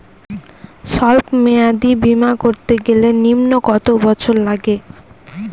সল্প মেয়াদী বীমা করতে গেলে নিম্ন কত বছর লাগে?